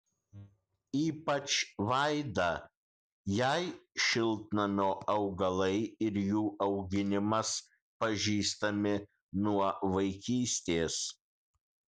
ypač vaida jai šiltnamio augalai ir jų auginimas pažįstami nuo vaikystės